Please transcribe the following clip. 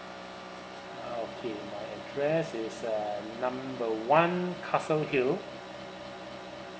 okay my address is uh number one castle hill